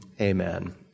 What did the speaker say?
Amen